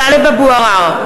(קוראת בשמות חברי הכנסת) טלב אבו עראר,